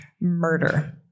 murder